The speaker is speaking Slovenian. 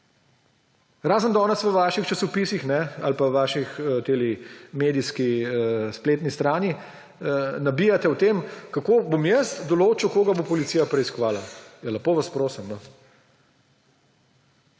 Razen danes v vaših časopisih ali pa v vaši medijski spletni strani nabijate o tem, kako bom jaz določil, koga bo policija preiskovala. Ja, lepo vas prosim!